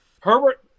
Herbert